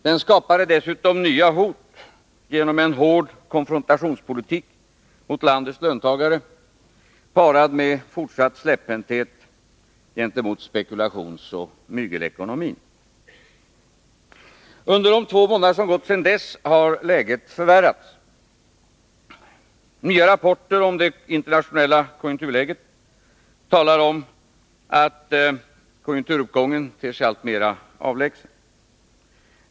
Den skapade dessutom nya hot genom en hård konfrontationspolitik mot landets löntagare parad med fortsatt släpphänthet gentemot spekulationsoch mygelekonomi. Under de två månader som gått sedan dess har läget förvärrats. Nya rapporter om det internationella konjunkturläget talar om att konjunkturuppgången ter sig alltmer avlägsen.